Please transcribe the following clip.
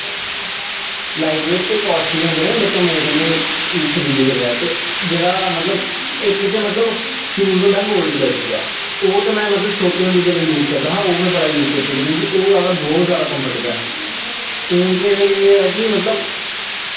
light weight ते costly होंदे न मकलब मज़े कन्नै खरीदी सकदा ते जेह्ड़ा मतलब इक ते मतलब शूज़ होंदा गोल्ड बैस्क दा ते ओह् ते में मतलब शोटे होंदे यूज़ करदा हा ओह् ते बड़ा यूज़ कीते दा क्योंकि ओह् आह्ला शूज़ कंफ्टेवल ऐ हून ते फिर एह् ऐ कि मतलब